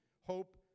hope